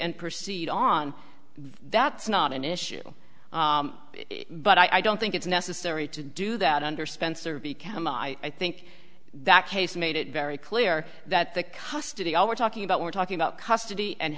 and proceed on that's not an issue but i don't think it's necessary to do that under spencer become a i think that case made it very clear that the custody all we're talking about we're talking about custody and